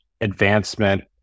advancement